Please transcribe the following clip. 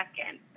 second